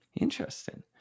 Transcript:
Interesting